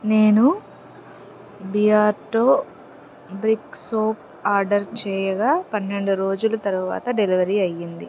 నేను Beardo brick soap order చేయగా పన్నెండు రోజుల తరువాత డెలివరీ అయ్యింది